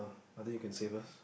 I think you can say first